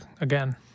again